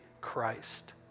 Christ